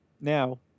Now